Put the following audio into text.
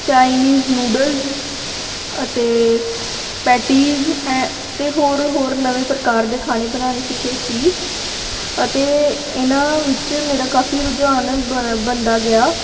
Chinese noodles ਅਤੇ patties ਐਂ ਅਤੇ ਹੋਰ ਹੋਰ ਨਵੇਂ ਪ੍ਰਕਾਰ ਦੇ ਖਾਣੇ ਬਣਾਉਣੇ ਸਿੱਖੇ ਸੀ ਅਤੇ ਇਹਨਾਂ ਵਿੱਚ ਮੇਰਾ ਕਾਫ਼ੀ ਰੁਝਾਨ ਬਨ ਬਣਦਾ ਗਿਆ